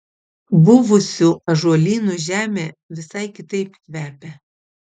buvusių ąžuolynų žemė visai kitaip kvepia